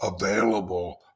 available